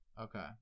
Okay